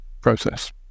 process